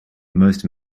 most